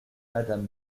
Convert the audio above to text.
madame